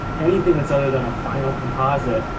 anything that's other than a final composite,